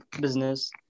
business